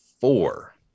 four